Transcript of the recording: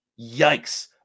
yikes